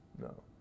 No